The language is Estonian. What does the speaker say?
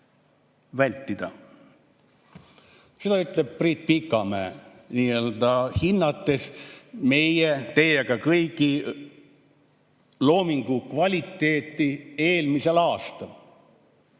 vältida." Seda ütleb Priit Pikamäe, hinnates meie kõigi loomingu kvaliteeti eelmisel aastal,